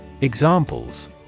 Examples